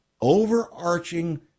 overarching